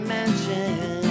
Mansion